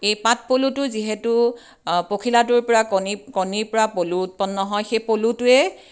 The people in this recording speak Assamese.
এই পাটপলুটো যিহেতু পখিলাটোৰ পৰা কণী কণীৰ পৰা পলু উৎপন্ন হয় সেই পলুটোৱে